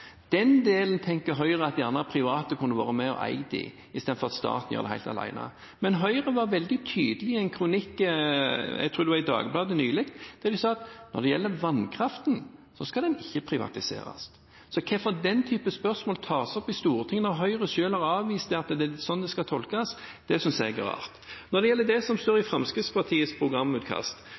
Den delen tenker Høyre at private gjerne kunne vært med og eid, istedenfor at staten gjør det helt alene. Men Høyre var veldig tydelig i en kronikk nylig – jeg tror det var i Dagbladet – der de sa at når det gjelder vannkraften, skal den ikke privatiseres. At den typen spørsmål tas opp i Stortinget, når Høyre selv har avvist at det er slik det skal tolkes, synes jeg er rart. Så til det som står i Fremskrittspartiets programutkast.